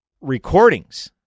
recordings